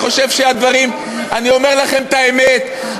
אני חושב שהדברים, אני אומר לכם את האמת.